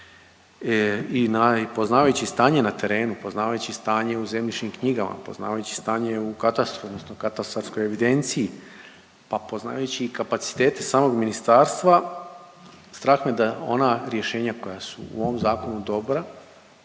poznavajući stanje na terenu, poznavajući stanje u zemljišnim knjigama, poznavajući stanje u katastru odnosno katastarskoj evidenciji, pa poznavajući i kapacitete samog ministarstva strah me da ona rješenja koja su u ovom zakonu dobra